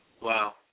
Wow